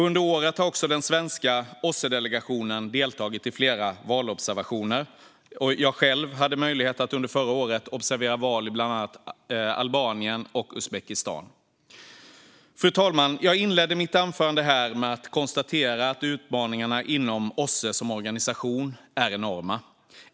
Under året har också den svenska OSSE-delegationen deltagit i flera valobservationer. Jag själv hade under förra året möjlighet att observera val i bland annat Albanien och Uzbekistan. Fru talman! Jag inledde mitt anförande med att konstatera att utmaningarna inom OSSE som organisation är enorma.